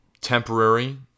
temporary